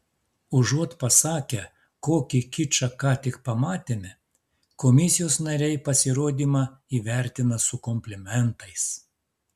užuot pasakę kokį kičą ką tik pamatėme komisijos nariai pasirodymą įvertina su komplimentais